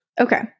Okay